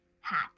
Hat